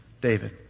David